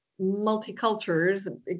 multicultures